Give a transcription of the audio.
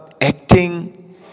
acting